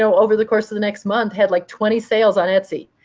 over the course of the next month, had like twenty sales on etsy.